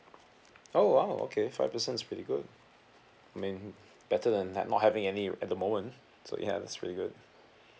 oh !wow! okay five percent is pretty good I mean better than that not having any at the moment so ya that's really good